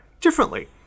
differently